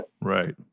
right